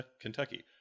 Kentucky